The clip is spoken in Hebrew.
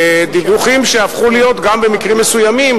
דיווחים שגם הפכו להיות במקרים מסוימים